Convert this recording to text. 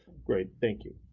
great, thank you.